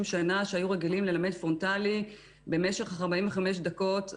שנה היו רגילים ללמד פרונטלי במשך 45 דקות,